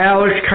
Alex